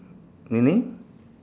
mmhmm